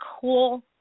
cool